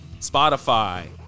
Spotify